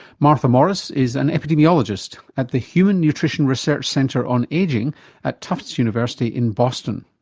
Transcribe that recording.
martha morris is an epidemiologist at the human nutrition research center on ageing at tufts university in boston.